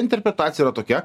interpretacija yra tokia